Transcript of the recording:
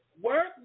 work